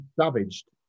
savaged